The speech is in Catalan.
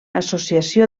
associació